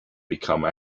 become